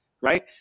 right